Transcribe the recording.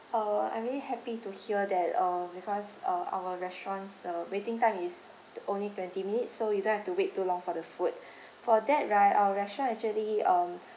uh I'm really happy to hear that um because uh our restaurants the waiting time is th~ only twenty minutes so you don't have to wait too long for the food for that right our restaurant actually um